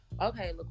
okay